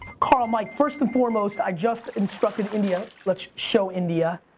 carl, mike, first and foremost, i just instructed india, let's show india,